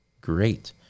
great